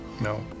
No